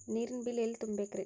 ನೇರಿನ ಬಿಲ್ ಎಲ್ಲ ತುಂಬೇಕ್ರಿ?